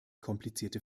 komplizierte